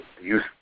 use